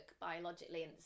biologically